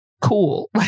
cool